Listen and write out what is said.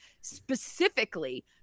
specifically